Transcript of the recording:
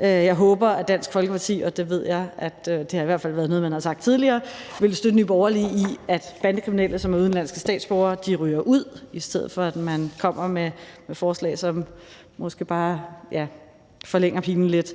Jeg håber, at Dansk Folkeparti, og det ved jeg, det er i hvert fald noget, man har sagt tidligere, vil støtte Nye Borgerlige i, at bandekriminelle, som er udenlandske statsborgere, ryger ud, i stedet for at man kommer med forslag, som måske bare forlænger pinen lidt.